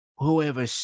Whoever